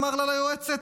אמר ליועצת.